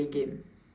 play game